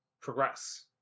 progress